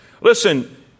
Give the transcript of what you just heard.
Listen